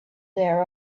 there